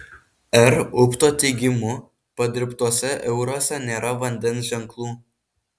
r upto teigimu padirbtuose euruose nėra vandens ženklų